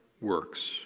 works